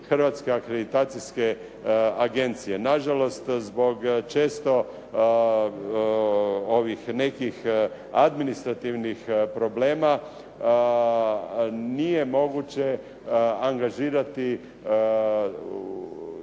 Hrvatske akreditacijske agencije. Na žalost, zbog često nekih administrativnih problema nije moguće angažirati